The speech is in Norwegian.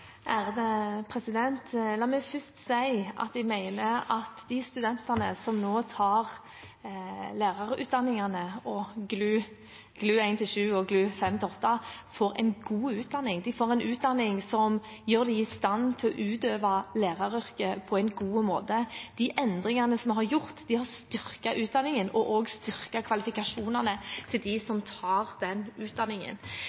La meg først si at jeg mener at de studentene som nå tar lærerutdanningene GLU 1–7 og GLU 5–10 får en god utdanning, de får en utdanning som gjør dem i stand til å utøve læreryrket på en god måte. De endringene som vi har gjort, har styrket utdanningen og også styrket kvalifikasjonene til